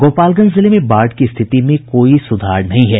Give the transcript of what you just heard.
गोपालगंज जिले में बाढ़ की स्थिति में कोई सुधार नहीं है